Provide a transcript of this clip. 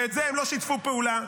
ובזה הם לא שיתפו פעולה.